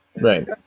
right